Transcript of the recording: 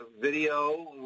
video